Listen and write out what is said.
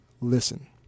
listen